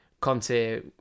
Conte